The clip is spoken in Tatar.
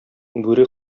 бүре